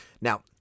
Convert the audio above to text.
Now